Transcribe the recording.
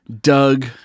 Doug